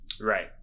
right